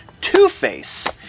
Two-Face